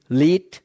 lead